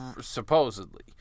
Supposedly